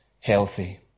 healthy